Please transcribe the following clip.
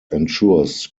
ensures